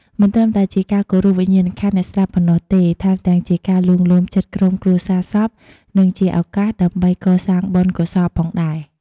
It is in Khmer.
មិនត្រឹមតែជាការគោរពវិញ្ញាណក្ខន្ធអ្នកស្លាប់ប៉ុណ្ណោះទេ ថែមទាំងជាការលួងលោមចិត្តក្រុមគ្រួសារសព និងជាឱកាសដើម្បីកសាងបុណ្យកុសលផងដែរ។